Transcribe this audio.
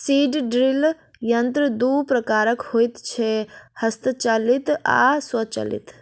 seed drill यंत्र दू प्रकारक होइत छै, हस्तचालित आ स्वचालित